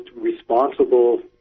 responsible